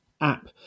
app